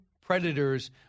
predators